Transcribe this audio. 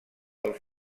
del